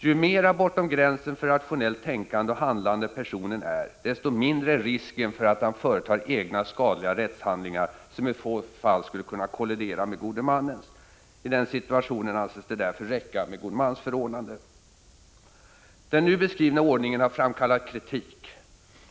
Ju mera bortom gränsen för rationellt tänkande och handlande personen är, desto mindre är risken för att han företar egna skadliga rättshandlingar, som i så fall skulle kunna kollidera med gode mannens. I den situationen anses det därför räcka med godmansförordnande. Den nu beskrivna ordningen har framkallat kritik.